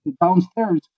downstairs